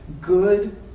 good